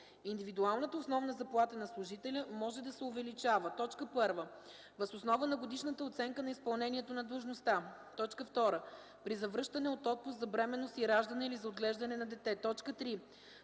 Индивидуалната основна заплата на служителя може да се увеличава: 1. въз основа на годишната оценка на изпълнението на длъжността; 2. при завръщане от отпуск за бременност и раждане или за отглеждане на дете; 3.